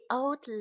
old